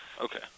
Okay